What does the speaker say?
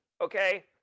okay